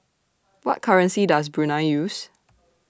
What currency Does Brunei use